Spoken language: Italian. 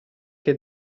che